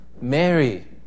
Mary